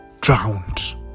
drowned